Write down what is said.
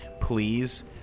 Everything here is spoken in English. please